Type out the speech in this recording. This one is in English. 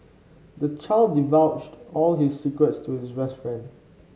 the child divulged all his secrets to his best friend